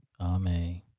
Amen